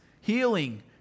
healing